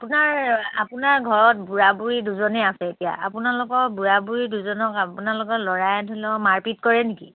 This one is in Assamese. আপোনাৰ আপোনাৰ ঘৰত বুঢ়া বুঢ়ী দুজনেই আছে এতিয়া আপোনালোকৰ বুঢ় বুঢ়ী দুজনক আপোনালোকৰ ল'ৰাই ধৰি লওক মাৰপিট কৰে নেকি